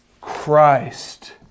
Christ